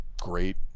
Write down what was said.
Great